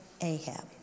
Ahab